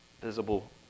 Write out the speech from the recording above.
Visible